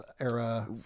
era